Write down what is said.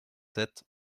sept